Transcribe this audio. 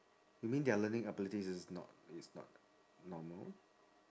you mean their learning ability is not is not normal